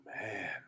man